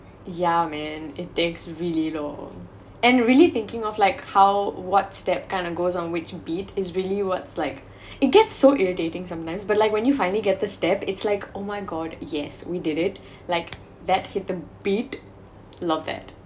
ya man it takes really lor and really thinking of like how what step kind of goes on which beat is really what's like it gets so irritating sometimes but like when you finally get the step it's like oh my god yes we did it like that hit the beat love that